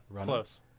close